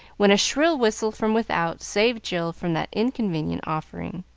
when a shrill whistle from without saved jill from that inconvenient offering.